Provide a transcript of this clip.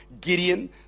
Gideon